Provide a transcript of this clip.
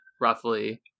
roughly